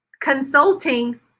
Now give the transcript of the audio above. consulting